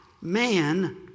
man